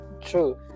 True